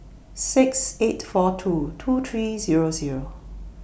six eight four two two three Zero Zero